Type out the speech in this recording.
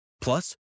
Plus